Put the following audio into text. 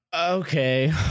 okay